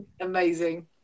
Amazing